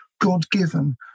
God-given